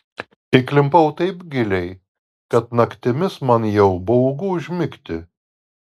įklimpau taip giliai kad naktimis man jau baugu užmigti